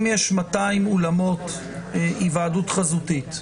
אם יש 200 אולמות היוועדות חזותית,